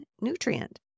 nutrient